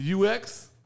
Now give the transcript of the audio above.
UX